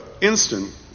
instant